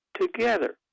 together